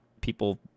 people—